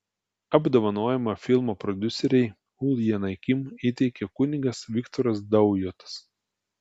apdovanojimą filmo prodiuserei uljanai kim įteikė kunigas viktoras daujotas